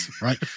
right